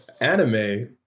Anime